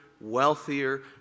wealthier